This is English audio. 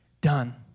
done